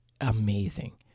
amazing